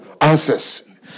answers